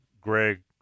Greg